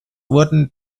wurden